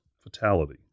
Fatality